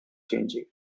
changing